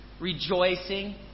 rejoicing